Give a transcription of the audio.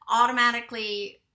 automatically